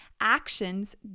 Actions